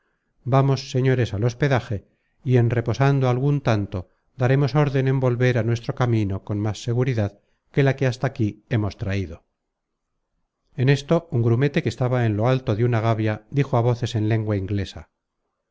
vamos señores al hospedaje y en reposando algun tanto daremos órden en volver a nuestro camino con más seguridad que la que hasta aquí hemos traido en esto un grumete que estaba en lo alto de una gavia dijo á voces en lengua inglesa